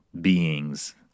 beings